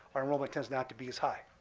our enrollment tends not to be as high.